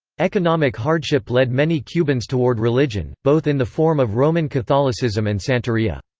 economic hardship led many cubans toward religion, both in the form of roman catholicism and santeria.